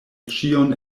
ĉion